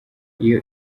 iyo